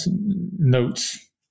notes